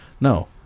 No